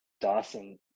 dawson